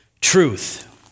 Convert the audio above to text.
truth